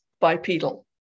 bipedal